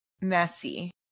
messy